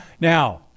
Now